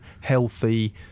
healthy